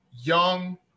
young